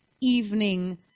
evening